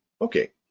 Okay